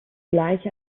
gleich